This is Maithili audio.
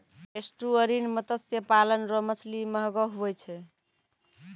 एस्टुअरिन मत्स्य पालन रो मछली महगो हुवै छै